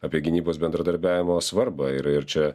apie gynybos bendradarbiavimo svarbą ir ir čia